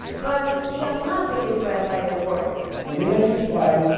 but he has not been impressed by their work when they loan you supplies,